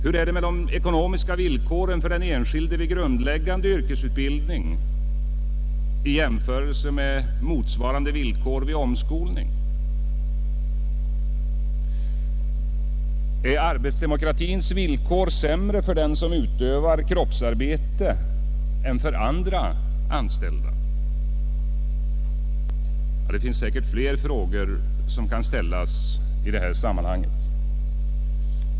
Hur är de ekonomiska villkoren för den enskilde vid grundläggande yrkesutbildning i jämförelse med motsvarande villkor vid omskolning? Är arbetsdemokratins villkor sämre för den som utövar kroppsarbete än för andra anställda? Det finns säkert fler frågor som kan ställas i detta sammanhang.